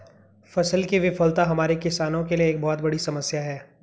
फसल की विफलता हमारे किसानों के लिए एक बहुत बड़ी समस्या है